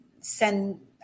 send